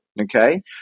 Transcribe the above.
okay